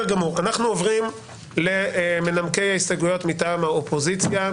אנחנו עוברים למנמקי ההסתייגויות מטעם האופוזיציה.